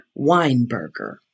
Weinberger